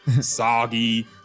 soggy